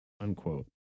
unquote